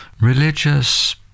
religious